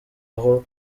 aho